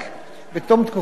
בתום תקופת השירות.